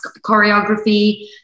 choreography